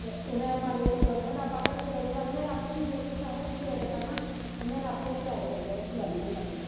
ते उ'नें म्हाराज फटाफट सबैह्रे दा में राती दी जेह्ड़ी अस सबैह्रे करना ओह् में रातीं गै त्यारी करिये रखी लैन्नी होन्नी अपनी